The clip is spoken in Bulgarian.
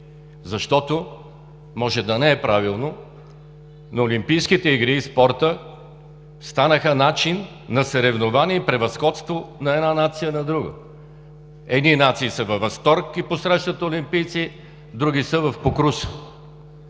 защото може да не е правилно, но олимпийските игри и спортът станаха начин за съревнование и превъзходство на една нация над друга. Едни нации са във възторг и посрещат олимпийци, други са в покруса.